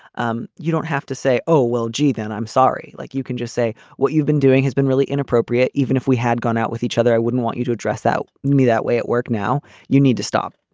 um you don't have to say, oh, well, gee, then i'm sorry. like, you can just say what you've been doing has been really inappropriate. even if we had gone out with each other, i wouldn't want you to address out me that way at work. now you need to stop